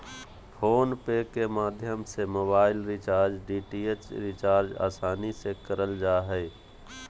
phone पे के माध्यम से मोबाइल रिचार्ज, डी.टी.एच रिचार्ज आसानी से करल जा हय